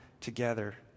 together